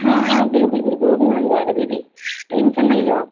हाँ हाँ बिल्कुल बिल्कुल वो भी बन जाएगा दीदी टेंशन नहीं लो आप